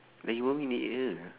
lagi one minute jer